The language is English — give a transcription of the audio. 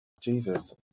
Jesus